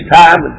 time